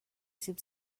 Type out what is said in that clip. سیب